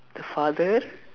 the father